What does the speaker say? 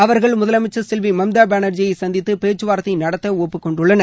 அவர்கள் முதலமைச்சர் செல்வி மம்தா பேளர்ஜியை சந்தித்து பேச்சுவார்த்தை நடத்த ஒப்புக்கொண்டுள்ளனர்